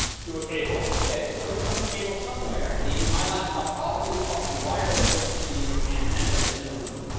to a cable? ok. so some cable somewhere. indeed. and my laptop probably is talking wireless to some of these antennas in the room.